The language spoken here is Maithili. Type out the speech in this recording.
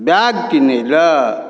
बैग किनैलए